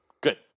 good